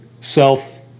self